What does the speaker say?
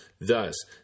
Thus